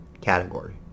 category